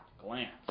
glance